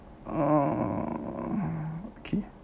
err kay